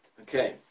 Okay